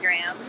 Instagram